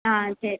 சரி